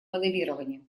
моделирования